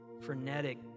frenetic